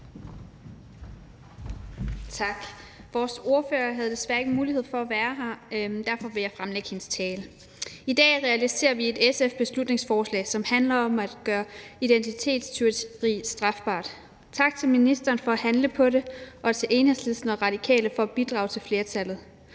Vores ordfører havde desværre ikke mulighed for at være her, og derfor vil jeg fremlægge hendes tale. I dag realiserer vi et SF-beslutningsforslag, som handler om at gøre identitetstyveri strafbart. Tak til ministeren for at handle på det og til Enhedslisten og Radikale for at bidrage til flertallet.